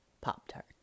Pop-Tart